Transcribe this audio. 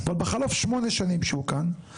אבל בחלוף שמונה שנים שהוא כאן,